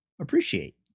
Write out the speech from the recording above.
Appreciate